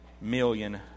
million